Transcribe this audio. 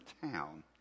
town